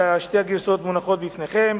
ושתי הגרסאות מונחות לפניכם.